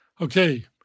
Okay